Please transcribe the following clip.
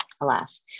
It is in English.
alas